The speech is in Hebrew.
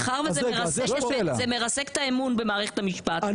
אבל מאחר שזה מרסק את האמון במערכת המשפט,